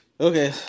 okay